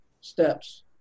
steps